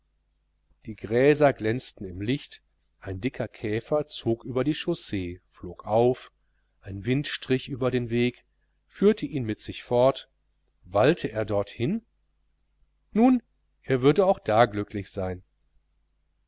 die gräser glänzten im licht ein dicker käfer zog über die chaussee flog auf ein wind strich über den weg führte ihn mit sich fort wallte er dorthin nun er würde auch da glücklich sein